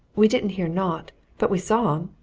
we didn't hear naught but we saw em.